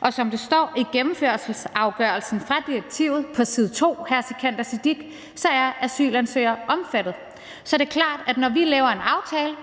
Og som det står i gennemførelsesafgørelsen fra direktivet – på side 2, hr. Sikandar Siddique – så er asylansøgere omfattet. Så er det klart, at når vi laver en aftale,